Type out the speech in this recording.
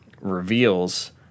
reveals